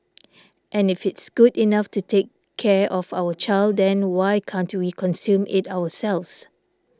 and if it's good enough to take care of our child then why can't we consume it ourselves